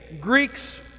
Greeks